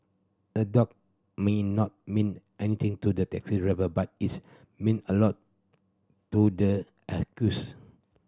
a dog may not mean anything to the taxi driver but it meant a lot to the accused